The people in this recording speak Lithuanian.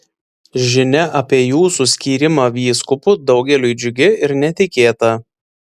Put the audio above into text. žinia apie jūsų skyrimą vyskupu daugeliui džiugi ir netikėta